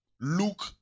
look